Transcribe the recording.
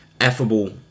affable